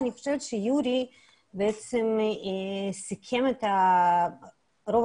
אני חושבת שיורי בעצם סיכם את רוב